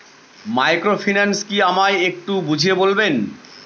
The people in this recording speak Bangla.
মাইক্রোফিন্যান্স কি আমায় একটু বুঝিয়ে বলবেন?